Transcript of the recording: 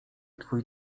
twój